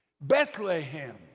Bethlehem